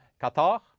Qatar